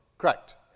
Correct